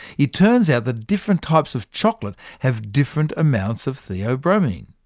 it turns out that different types of chocolate have different amounts of theobromine.